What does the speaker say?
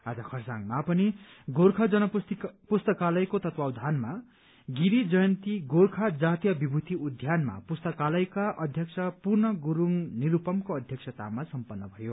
आज खरसाङमा पनि गोर्खा जनपुस्तकालयको तत्वावधानमा गिरी जयन्ती गोर्खा जातीय विभूति उद्यानमा पुस्तकालयका अध्यक्ष पूर्ण गुरूङ निरूपमको अध्यक्षतामा सम्पन्न भयो